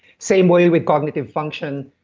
same way with cognitive function,